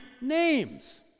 names